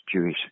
jewish